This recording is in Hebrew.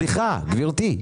סליחה, גברתי.